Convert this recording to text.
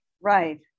Right